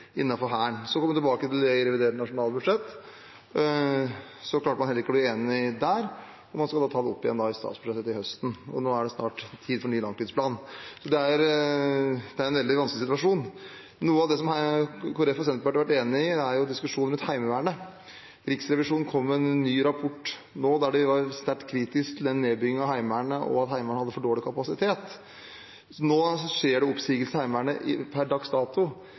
innenfor Hæren. Så kom man tilbake til det i revidert nasjonalbudsjett. Man klarte heller ikke å bli enig der og skal da ta det opp igjen i statsbudsjettet til høsten. Nå er det snart tid for ny langtidsplan – så det er en veldig vanskelig situasjon. Noe av det som Kristelig Folkeparti og Senterpartiet har vært enige om, er diskusjonen rundt Heimevernet. Riksrevisjonen kom med en ny rapport nå, der de var sterkt kritiske til nedbyggingen av Heimevernet, og at Heimevernet hadde for dårlig kapasitet. Det skjer oppsigelser i Heimevernet per dags dato.